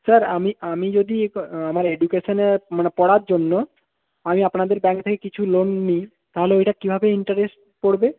sir আমি আমি যদি আমার এডুকেশানে মানে পড়ার জন্য আমি আপনাদের ব্যাঙ্ক থেকে কিছু লোন নিই তাহলে ওইটা কীভাবে ইন্টারেস্ট পড়বে